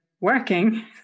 working